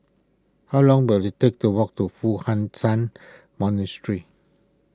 how long will it take to walk to Foo Hai Ch'an Monastery